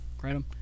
Kratom